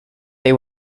they